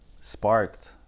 sparked